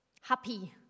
happy